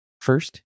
First